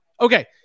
okay